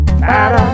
para